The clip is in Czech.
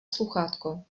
sluchátko